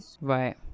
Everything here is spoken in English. right